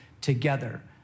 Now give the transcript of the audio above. together